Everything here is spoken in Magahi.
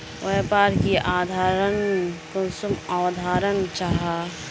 व्यापार की अवधारण कुंसम अवधारण जाहा?